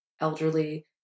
Elderly